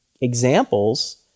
examples